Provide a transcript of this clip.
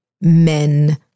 men